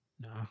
No